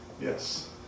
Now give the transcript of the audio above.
Yes